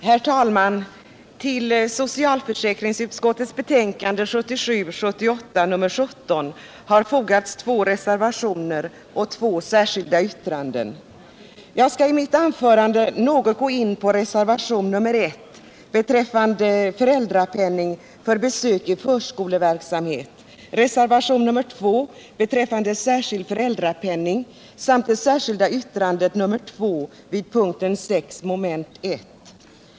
Herr talman! Vid socialförsäkringsutskottets betänkande 1977/78:17 har fogats två reservationer och två särskilda yttranden. Jag skall i mitt anförande något gå in på reservationen 1 beträffande föräldrapenning för besök i förskoleverksamhet, reservationen 2 beträffande särskild föräldrapenning samt det särskilda yttrandet nr 2 vid punkten 6 mom. 1.